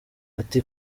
ati